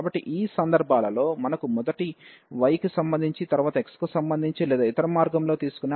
కాబట్టి ఈ సందర్భాలలో మనకు మొదట y కి సంబంధించి తరువాత x కు సంబంధించి లేదా ఇతర మార్గంలో తీసుకునే అవకాశం ఉంది